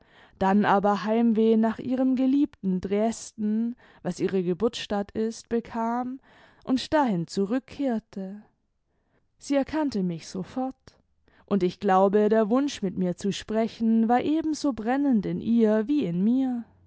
dann aber heimweh nach ihrem geliebten dräsden was ihre geburtsstadt ist bekam und dahin zurückkehrte sie erkannte mich sofort und ich glaube der wunsch mit mir zu sprechen war ebenso brennend in ihr wie in mir